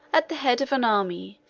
at the head of an army,